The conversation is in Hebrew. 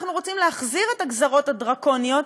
אנחנו רוצים להחזיר את הגזירות הדרקוניות,